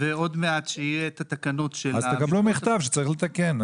--- אז תקבלו מכתב שצריך לתקן.